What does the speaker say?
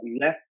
left